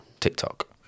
TikTok